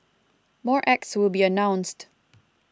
more acts will be announced